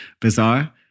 bizarre